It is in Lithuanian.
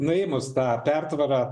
nuėmus tą pertvarą